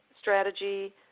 strategy